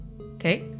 Okay